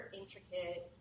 intricate